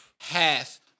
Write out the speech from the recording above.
half